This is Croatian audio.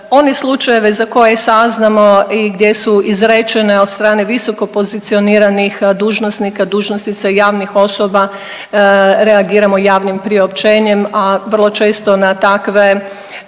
one slučajeve za koje saznamo i gdje su izrečene od strane visoko pozicioniranih dužnosnika, dužnosnica, javnih osoba reagiramo javnim priopćenjem, a vrlo često na takve